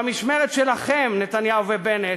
במשמרת שלכם, נתניהו ובנט,